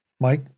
Mike